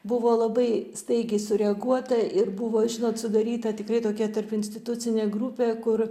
buvo labai staigiai sureaguota ir buvo žinot sudaryta tikrai tokia tarpinstitucinė grupė kur